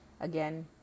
Again